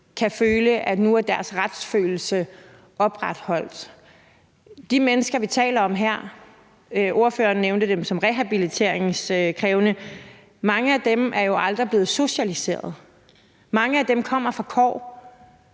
kan føle, at nu er deres retsfølelse opretholdt? Mange af de mennesker, vi taler om her – ordføreren nævnte dem som rehabiliteringskrævende – er jo aldrig blevet socialiseret. Mange af dem kommer fra kår,